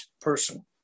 person